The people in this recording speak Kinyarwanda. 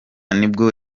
nibwo